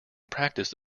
practice